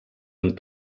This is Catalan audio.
amb